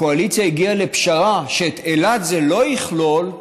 הקואליציה הגיעה לפשרה שאת אילת זה לא יכלול,